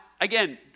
again